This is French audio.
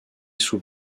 sous